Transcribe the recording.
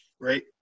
right